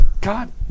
God